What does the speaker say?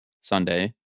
Sunday